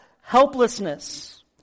helplessness